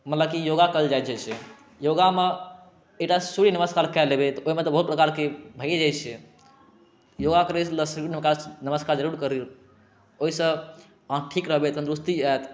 मतलब की योगा कायल जाइ छै योगामे एकटा सूर्य नमस्कार कै लेबैय तऽ ओहिमे तऽ बहुत प्रकारके भईये जाइ छै योगा करै छिय तऽ सूर्य नमस्कार जरूर करूँ ओहिसे अहाँ ठीक रहबै तन्दुरस्ती आओत